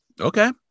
Okay